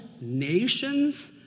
nations